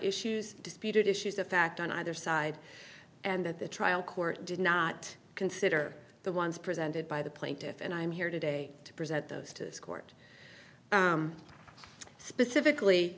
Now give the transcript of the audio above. issues disputed issues of fact on either side and that the trial court did not consider the ones presented by the plaintiff and i'm here today to present those to this court specifically